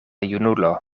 junulo